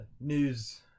news